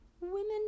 Women